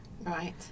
Right